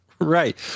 right